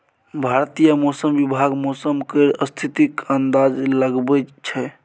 भारतीय मौसम विभाग मौसम केर स्थितिक अंदाज लगबै छै